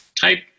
type